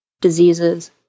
diseases